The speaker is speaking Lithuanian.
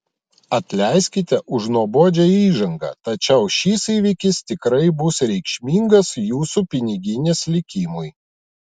atleiskite už nuobodžią įžangą tačiau šis įvykis tikrai bus reikšmingas jūsų piniginės likimui